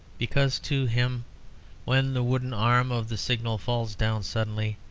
because to him when the wooden arm of the signal falls down suddenly,